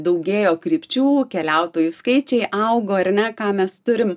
daugėjo krypčių keliautojų skaičiai augo ar ne ką mes turim